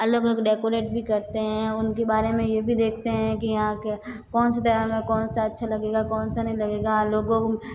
अलग अलग डेकोरेट भी करते हैं उनके बारे में ये भी देखते हैं कि यहाँ के कौनसे त्यौहार में कौनसा अच्छा लगेगा कौनसा नहीं लगेगा लोगों